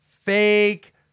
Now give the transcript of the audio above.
Fake